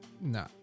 no